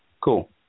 Cool